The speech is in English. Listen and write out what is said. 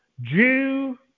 Jew